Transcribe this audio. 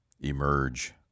emerge